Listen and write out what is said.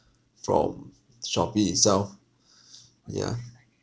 from Shopee itself yeah